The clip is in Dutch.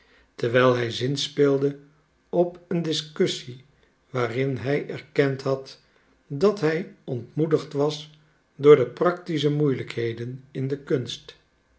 terwijl hij zinspeelde op een discussie waarin hij erkend had dat hij ontmoedigd was door de practische moeilijkheden in de kunst